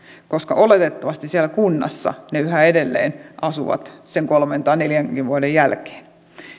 oletettavasti siellä kunnassa ne yhä edelleen asuvat sen kolmen tai neljänkin vuoden jälkeen